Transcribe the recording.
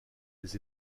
les